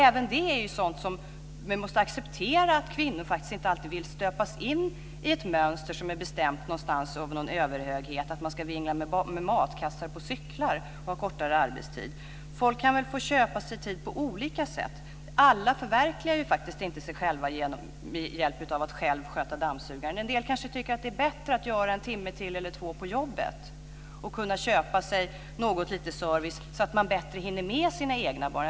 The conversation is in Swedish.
Även där måste vi acceptera att kvinnor faktiskt inte alltid vill stöpas in i ett mönster som har bestämts av någon överhöghet, t.ex. att man ska vingla med matkassar på cyklar och ha kortare arbetstid. Folk kan väl få köpa sig tid på olika sätt. Alla förverkligar inte sig själva genom att själva sköta dammsugaren. En del kanske tycker att det är bättre att göra en eller två timmar till på jobbet och kunna köpa sig lite service för att bättre hinna med sina egna barn.